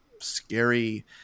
scary